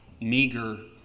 meager